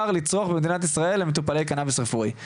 לצרוך במדינת ישראל למטופלי קנאביס רפואי.